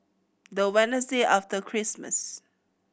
the Wednesday after Christmas